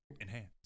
Enhance